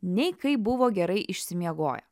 nei kai buvo gerai išsimiegoję